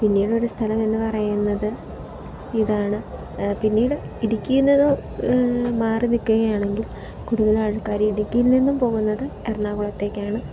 പിന്നീട് ഒരു സ്ഥലമെന്ന് പറയുന്നത് ഇതാണ് പിന്നീട് ഇടുക്കിയിൽ നിന്ന് മാറി നിൽക്കുകയാണെങ്കിൽ കൂടുതലാൾക്കാർ ഇടുക്കിയിൽ നിന്നും പോകുന്നത് എറണാകുളത്തേക്കാണ്